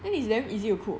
then it's damn easy to cook